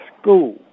school